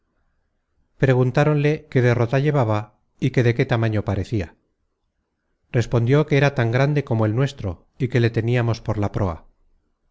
navío preguntáronle qué derrota llevaba y que de qué tamaño parecia respondió que era tan grande como el nuestro y que le teniamos por la proa